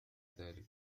ذلك